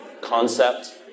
concept